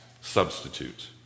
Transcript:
substitute